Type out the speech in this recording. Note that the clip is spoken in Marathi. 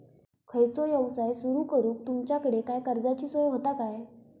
खयचो यवसाय सुरू करूक तुमच्याकडे काय कर्जाची सोय होता काय?